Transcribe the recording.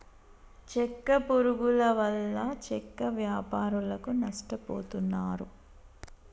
చెక్క పురుగుల వల్ల చెక్క వ్యాపారులు నష్టపోతున్నారు